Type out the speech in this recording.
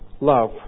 love